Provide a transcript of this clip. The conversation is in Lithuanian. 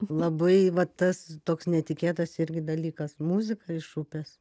labai va tas toks netikėtas irgi dalykas muzika iš upės